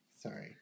Sorry